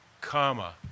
comma